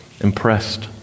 impressed